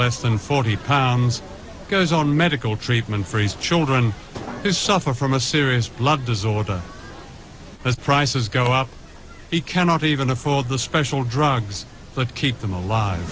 less than forty pounds goes on medical treatment for his children who suffer from a serious blood disorder as prices go up he cannot even afford the special drugs but keep them alive